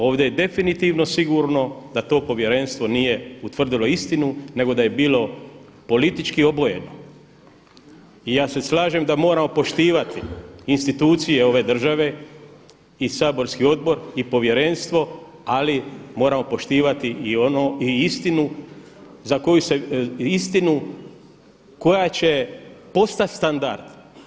Ovdje je definitivno sigurno da to povjerenstvo nije utvrdilo istinu nego da je bilo politički obojeno i ja se slažem da moramo poštivati institucije ove države i saborski odbor i povjerenstvo ali moramo poštivati i ono, i istinu koja će postati standard.